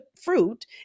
fruit